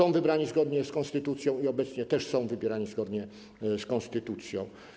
Byli wybrani zgodnie z konstytucją i obecnie też są wybierani zgodnie z konstytucją.